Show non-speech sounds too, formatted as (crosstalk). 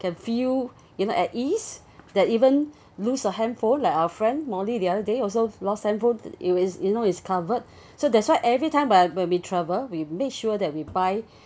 can feel you know at ease (breath) that even lose a handphone like our friend molly the other day also lost handphone it was you know it's covered (breath) so that's why every time when I when we travel we make sure that we buy (breath)